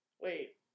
Wait